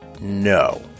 No